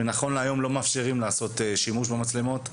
ונכון להיום לא מאפשרים לעשות שימוש במצלמות,